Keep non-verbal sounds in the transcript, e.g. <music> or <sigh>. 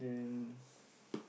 <breath>